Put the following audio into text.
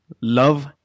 love